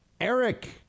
Eric